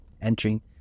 Entering